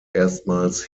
erstmals